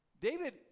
david